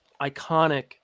iconic